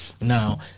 Now